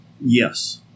Yes